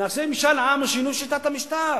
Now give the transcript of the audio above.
נעשה משאל עם על שינוי שיטת המשטר.